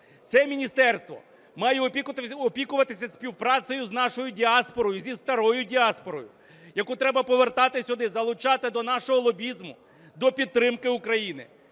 Це міністерство має опікуватися співпрацею з нашою діаспорою, зі старою діаспорою, яку треба повертати сюди, залучати до нашого лобізму, до підтримки України.